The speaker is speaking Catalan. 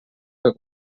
que